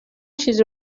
چیزی